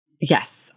Yes